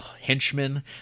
henchmen